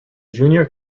junior